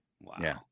Wow